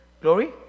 Glory